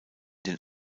den